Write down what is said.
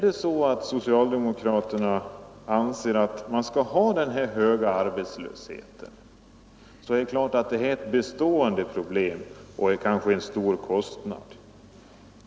Anser socialdemokraterna att man skall behålla den höga arbetslösheten, är det klart att problemet blir bestående.